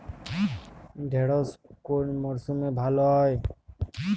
ঢেঁড়শ কোন মরশুমে ভালো হয়?